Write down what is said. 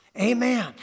Amen